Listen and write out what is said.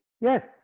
Yes